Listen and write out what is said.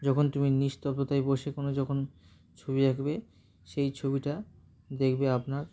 যখন তুমি নিস্তব্ধতায় বসে কোনো যখন ছবি আঁকবে সেই ছবিটা দেখবে আপনার